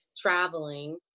traveling